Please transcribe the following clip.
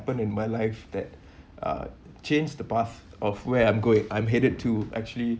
happened in my life that uh change the path of where I'm going I'm headed to actually